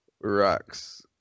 Rocks